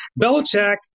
Belichick